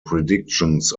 predictions